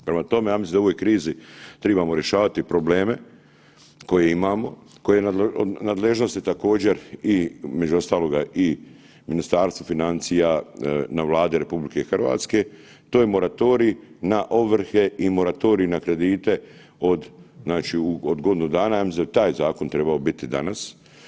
Prema tome, ja mislim da u ovoj krizi tribamo rješavati probleme koje imamo, koje je u nadležnosti također i između ostaloga i Ministarstva financija na Vladi RH, to je moratorij na ovrhe i moratorij na kredite od znači, od godinu dana, ja mislim da je taj zakon trebao biti danas.